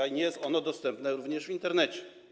I nie jest ono dostępne również w Internecie.